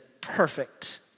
perfect